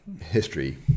history